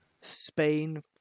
Spain